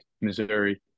Missouri